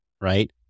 right